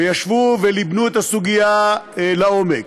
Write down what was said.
וישבו וליבנו את הסוגיה לעומק,